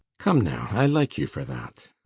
come now, i like you for that.